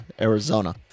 Arizona